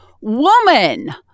Woman